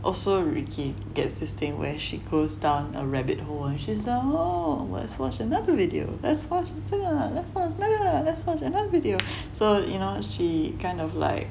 also ricky gets this thing where she goes down a rabbit hole she was like oh let's watch another video let's watch 这个 let's watch 那个 let's watch another video so you know she kind of like